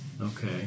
Okay